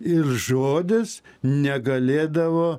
ir žodis negalėdavo